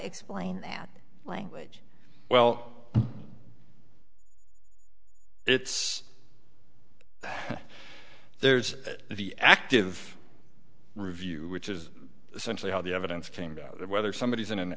explain that language well it's there's that the active review which is essentially how the evidence came about whether somebody is in an